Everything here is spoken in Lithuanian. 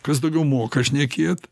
kas daugiau moka šnekėt